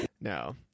No